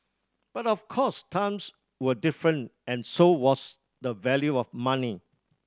but of course times were different and so was the value of money